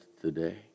today